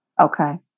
Okay